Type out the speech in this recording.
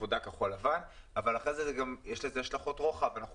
עבודה כחול-לבן אבל אחר כך יש לזה השלכות רוחב ואנחנו